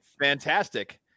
fantastic